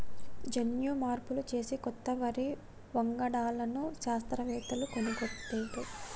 జన్యు మార్పులు చేసి కొత్త వరి వంగడాలను శాస్త్రవేత్తలు కనుగొట్టిరి